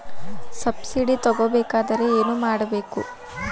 Subsidy ತಗೊಬೇಕಾದರೆ ಏನು ಮಾಡಬೇಕು?